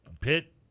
Pitt